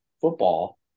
football